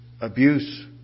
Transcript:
Abuse